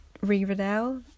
Riverdale